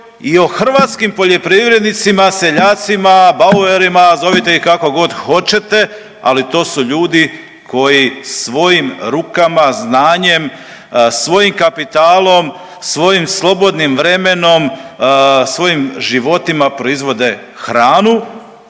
i o hrvatskim poljoprivrednicima, seljacima, bauerima, zovite ih kako god hoćete, ali to su ljudi koji svojim rukama, znanjem, svojim kapitalom, svojim slobodnim vremenom, svojim životima proizvode hranu